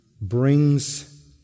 brings